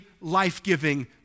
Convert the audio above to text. life-giving